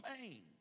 pain